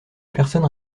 personnes